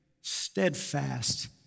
steadfast